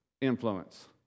influence